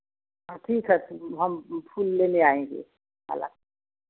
हाँ ठीक है तो हम फूल लेने आएँगे माला